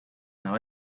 now